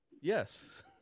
Yes